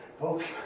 Folks